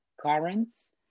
currents